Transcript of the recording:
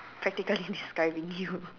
practically describing you